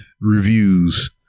reviews